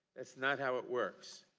that is not how it works.